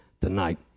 tonight